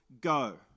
go